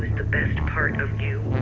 best part of you